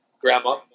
grandma